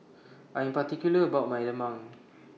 I Am particular about My Lemang